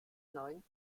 neuen